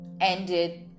ended